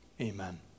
Amen